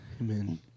Amen